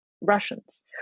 Russians